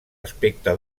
aspecte